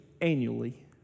annually